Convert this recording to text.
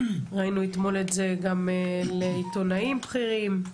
ראינו אתמול את זה גם לעיתונאים בכירים,